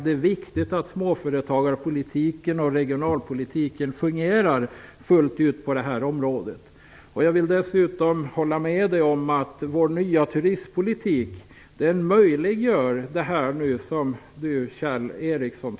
Det är viktigt att småföretagarpolitiken och regionalpolitiken fungerar fullt ut på det här området. Jag håller dessutom med Kjell Ericsson om att vår nya turistpolitik nu möjliggör det som han tar upp.